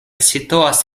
situas